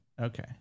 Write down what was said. Okay